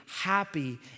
happy